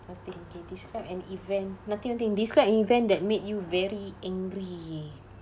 okay okay describe an event nothing nothing describe event that made you very angry